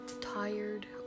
tired